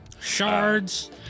shards